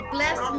Bless